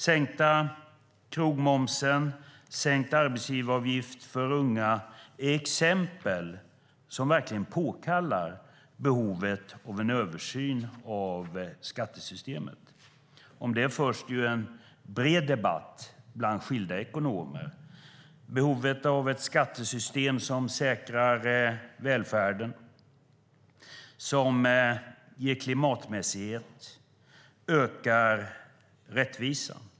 Sänkt krogmoms och sänkt arbetsgivaravgift för unga är exempel som verkligen visar på behovet av en översyn av skattesystemet. Om det förs det en bred debatt bland olika ekonomer. Det handlar om behovet av ett skattesystem som säkrar välfärden, som ger klimatmässighet och som ökar rättvisan.